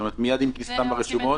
מייד עם הפרסום ברשומות?